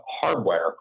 hardware